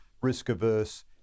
risk-averse